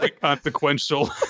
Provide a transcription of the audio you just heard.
Consequential